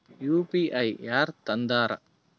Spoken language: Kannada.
ಯು.ಪಿ.ಐ ಯಾರ್ ತಂದಾರ?